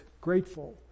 grateful